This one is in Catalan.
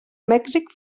mèxic